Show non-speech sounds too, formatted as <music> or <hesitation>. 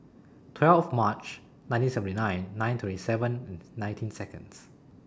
twelve March nineteen seventy nine nine twenty seven <hesitation> nineteen Seconds